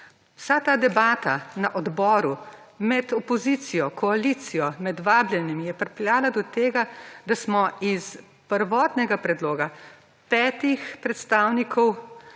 Vsa ta debata na odboru med opozicijo, koalicijo, med vabljenimi je pripeljala do tega, da smo iz prvotnega predloga petih predstavnikov